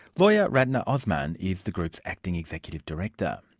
lawyer ratna osman is the group's acting executive director.